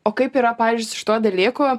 o kaip yra pavyzdžiui su šituo dalyku